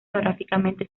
geográficamente